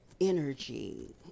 energy